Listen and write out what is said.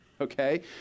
okay